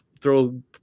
throw